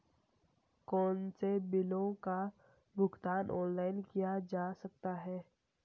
कौनसे बिलों का भुगतान ऑनलाइन किया जा सकता है?